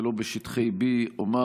ולא בשטחי B. אומר,